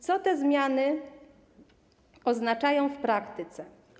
Co te zmiany oznaczają w praktyce?